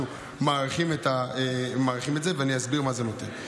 אנחנו מאריכים את זה, ואני אסביר מה זה נותן.